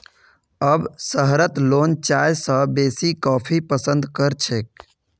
अब शहरत लोग चाय स बेसी कॉफी पसंद कर छेक